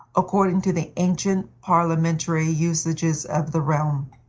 according to the ancient parliamentary usages of the realm.